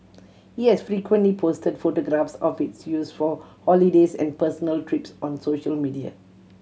he has frequently posted photographs of its use for holidays and personal trips on social media